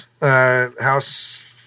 house